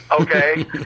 okay